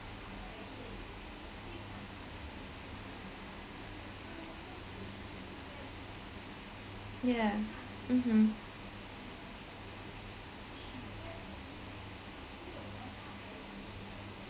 yeah mmhmm